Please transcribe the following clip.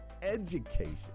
education